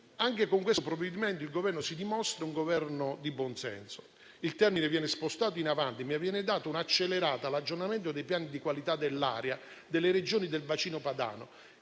Anche con questo provvedimento, il Governo si dimostra di buon senso. Il termine viene spostato in avanti, ma viene data una accelerata all'aggiornamento dei piani di qualità dell'aria delle Regioni del bacino padano,